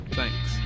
Thanks